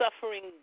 suffering